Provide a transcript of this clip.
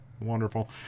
Wonderful